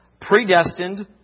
predestined